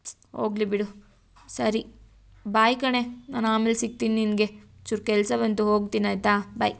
ಹೋಗ್ಲಿ ಬಿಡು ಸರಿ ಬಾಯ್ ಕಣೇ ನಾನು ಆಮೇಲೆ ಸಿಕ್ತಿನಿ ನಿನಗೆ ಚೂರು ಕೆಲಸ ಬಂತು ಹೋಗ್ತಿನಿ ಆಯಿತಾ ಬಾಯ್